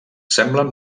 semblen